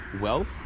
wealth